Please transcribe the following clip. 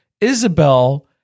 Isabel